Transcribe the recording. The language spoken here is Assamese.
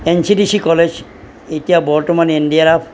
N C D C college এতিয়া বৰ্তমান এন ডি আৰ এফ